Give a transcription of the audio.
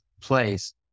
place